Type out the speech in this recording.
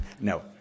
No